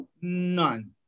none